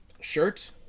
shirt